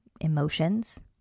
emotions